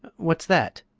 what's that?